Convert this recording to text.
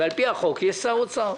על-פי החוק יש שר אוצר.